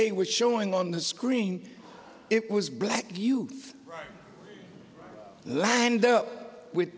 they were showing on the screen it was black youth and up with